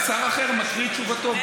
אז שר אחר מקריא את תשובתו,